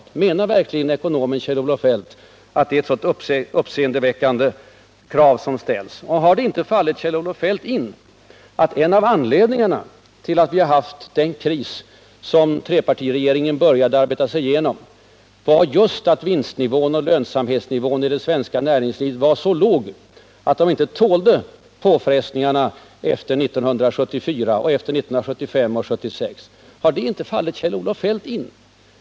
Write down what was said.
Menar verkligen ekonomen Kjell-Olof Feldt att det är ett så uppseendeväckande krav som ställs? Har det inte fallit Kjell-Olof Feldt in att en av anledningarna till att vi har haft en kris, som trepartiregeringen började arbeta sig igenom, var just att vinstgivån och lönsamhetsnivån i det svenska näringslivet var så låg att den inte tålde påfrestningarna efter 1974, 1975 och 1976? Har detta inte fallit Kjell-Olof Feldt in?